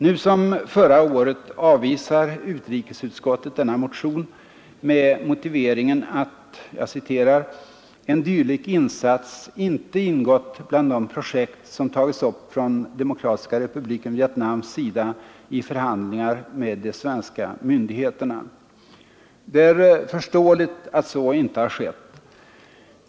Nu som förra året avvisar utrikesutskottet denna motion med motiveringen att ”en dylik insats inte ingått bland de projekt som tagits upp från Demokratiska republiken Vietnams sida i förhandlingar med de svenska myndigheterna”. Det är förståeligt att så inte har skett.